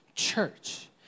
church